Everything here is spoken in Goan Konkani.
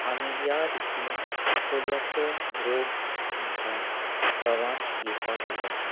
आमी ह्या रितीन पोलियोचो रोग आमकां गांवान येवपाक दिवपाचें ना